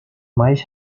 mais